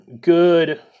good